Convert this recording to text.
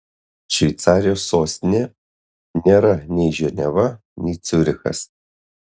šveicarijos sostinė nėra nei ženeva nei ciurichas